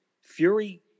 Fury